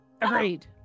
Agreed